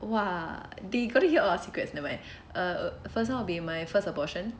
!wah! they going to hear our secrets nevermind uh first one will be my first abortion